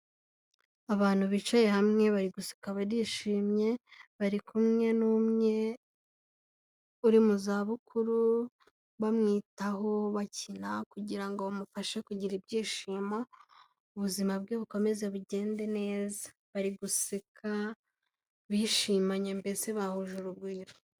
Abantu bicaye hamwe bari guseka barishimye, bari kumwe n'umwe uri mu zabukuru bamwitaho, bakina kugira ngo bamufashe kugira ibyishimo, ubuzima bwe bukomeze bugende neza, bari guseka bishimanye mbese bahuje urugwiro.